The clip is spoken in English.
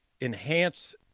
enhance